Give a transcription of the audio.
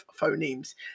phonemes